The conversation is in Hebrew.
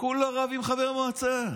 כולה רב עם חבר מועצה.